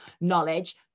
knowledge